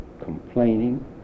complaining